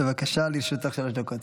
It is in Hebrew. בבקשה, לרשותך שלוש דקות.